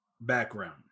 background